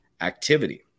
activity